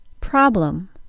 Problem